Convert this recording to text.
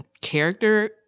character